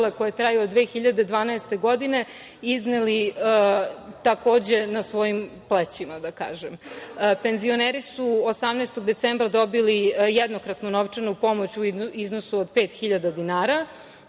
koje traju od 2012. godine, izneli takođe na svojim plećima. Penzioneri su 18. decembra dobili jednokratnu novčanu pomoć u iznosu od 5.000 dinara,